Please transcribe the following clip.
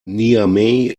niamey